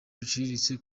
biciriritse